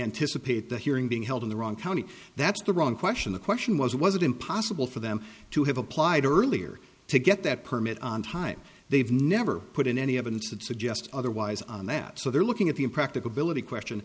anticipate the hearing being held in the wrong county that's the wrong question the question was was it impossible for them to have applied earlier to get that permit on time they've never put in any evidence that suggests otherwise on that so they're looking at the impracticability question